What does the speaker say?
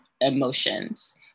emotions